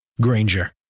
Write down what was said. Granger